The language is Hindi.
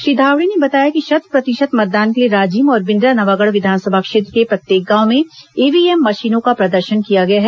श्री धावड़े ने बताया कि शत प्रतिशत मतदान के लिए राजिम और बिंद्रानवागढ़ विधानसभा क्षेत्र के प्रत्येक गांव में ईव्हीएम मशीनों का प्रदर्शन किया गया है